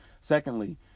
Secondly